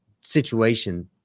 situation